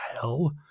hell